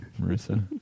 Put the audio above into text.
Marissa